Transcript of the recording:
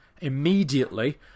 immediately